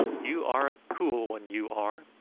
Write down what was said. you are a cool one, you are.